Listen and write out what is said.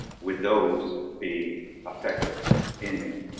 would those be effective in that.